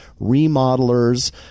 remodelers